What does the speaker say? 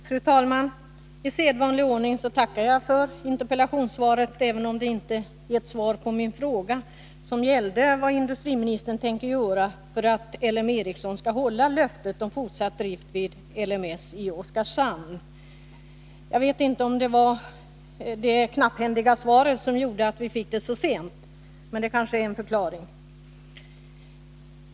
Fru talman! I sedvanlig ordning tackar jag för interpellationssvaret, även om det inte gett svar på min fråga, som gällde vad industriministern tänker göra för att L M Ericsson skall hålla löftet om fortsatt drift vid L ME i Oskarshamn. Jag vet inte om det är på grund av knapphändigheten vi har fått svaret så sent; det kanske är en förklaring.